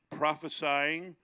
prophesying